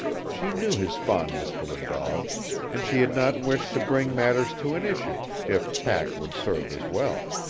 she knew his fondness for the dog and she had not wished to bring matters to an issue, if tact would serve as well.